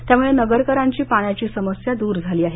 त्यामुळे नगरकरांची पाण्याची समस्या दूर झाली आहे